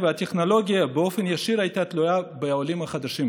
והטכנולוגיה הייתה באופן ישיר תלויה בעולים החדשים,